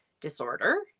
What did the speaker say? disorder